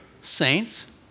saints